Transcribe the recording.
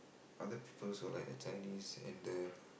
other people's all that Chinese and the